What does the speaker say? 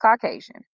Caucasian